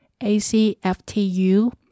ACFTU